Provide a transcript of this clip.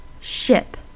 ship